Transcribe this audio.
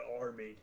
army